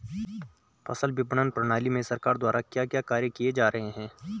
फसल विपणन प्रणाली में सरकार द्वारा क्या क्या कार्य किए जा रहे हैं?